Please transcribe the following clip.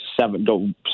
seven